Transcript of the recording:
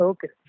Okay